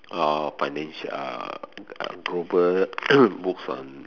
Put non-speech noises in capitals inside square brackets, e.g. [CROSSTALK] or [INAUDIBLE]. or financial uh improvement [COUGHS] books on